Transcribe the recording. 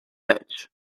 duits